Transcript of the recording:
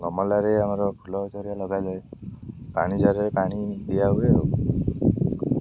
ଗମଲାରେ ଆମର ଫୁଲ ଗଛ ହେରିକା ଲଗାଯାଏ ପାଣି ଝରାରେ ପାଣି ଦିଆ ହୁଏ